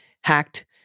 hacked